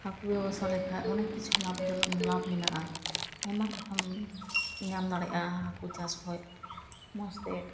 ᱦᱟᱹᱠᱩ ᱵᱮᱵᱚᱥᱟ ᱞᱮᱠᱷᱟᱱ ᱚᱱᱮᱠ ᱠᱤᱪᱷᱩ ᱞᱟᱵᱷ ᱡᱚᱱᱚᱠ ᱞᱟᱵᱷ ᱢᱮᱱᱟᱜᱼᱟ ᱟᱭᱢᱟ ᱴᱟᱠᱟᱢ ᱧᱟᱢ ᱫᱟᱲᱮᱭᱟᱜᱼᱟ ᱦᱟᱠᱩ ᱪᱟᱥ ᱠᱷᱚᱱ ᱢᱚᱡᱽ ᱛᱮ